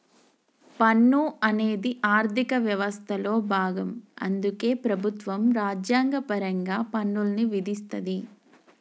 పన్ను అనేది ఆర్థిక వ్యవస్థలో భాగం అందుకే ప్రభుత్వం రాజ్యాంగపరంగా పన్నుల్ని విధిస్తది